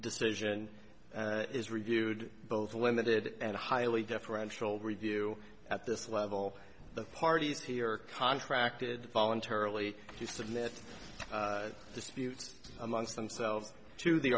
decision is reviewed both a limited and highly deferential review at this level the parties here are contracted voluntarily to submit disputes amongst themselves to the